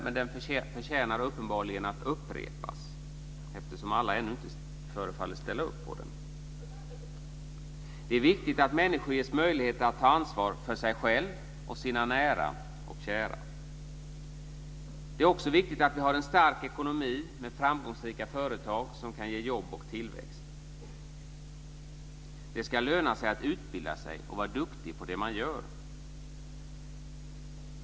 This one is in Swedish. Men den förtjänar uppenbarligen att upprepas, eftersom alla ännu inte förefaller att ställa upp på den. · Det är viktigt att människor ges möjlighet att ta ansvar för sig själva och för sina nära och kära. · Det är också viktigt att vi har en stark ekonomi med framgångsrika företag som kan ge jobb och tillväxt. · Det ska löna sig att utbilda sig och vara duktig på det man gör.